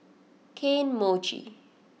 Kane Mochi